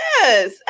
Yes